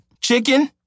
Chicken